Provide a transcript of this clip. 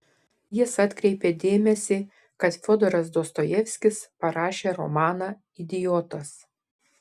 jis atkreipė dėmesį kad fiodoras dostojevskis parašė romaną idiotas